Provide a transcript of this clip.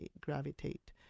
gravitate